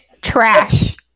trash